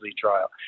trial